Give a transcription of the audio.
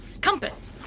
Compass